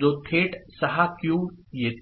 जो थेट 6 क्यू येतो